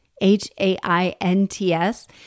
H-A-I-N-T-S